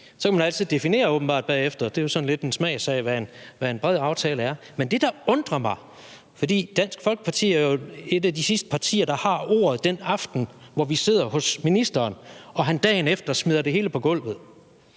hvad en bred aftale er – det er jo sådan lidt en smagssag. Men det, der undrer mig, er, at Dansk Folkeparti jo er et af de sidste partier, der har ordet den aften, hvor vi sidder hos ministeren, og hvor han dagen efter smider det hele på gulvet.